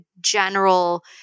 general